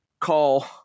call